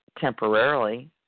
Temporarily